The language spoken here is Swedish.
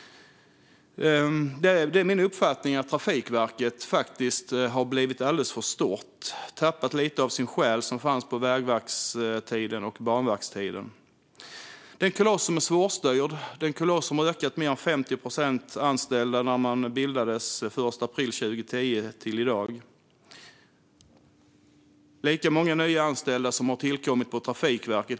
Min uppfattning är att Trafikverket har blivit alldeles för stort och har tappat lite av sin själ, som fanns på Vägverkets och Banverkets tid. Det är en svårstyrd koloss, där antalet anställda har ökat med mer än 50 procent sedan verket bildades den 1 april 2010.